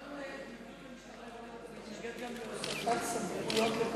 בהתנגדות למשטרה עירונית אתה מתנגד גם להוספת סמכויות לפקחים עירוניים?